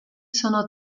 sono